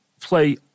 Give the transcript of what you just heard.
play